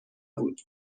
بود